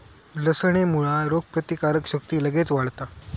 लसणेमुळा रोगप्रतिकारक शक्ती लगेच वाढता